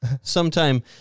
Sometime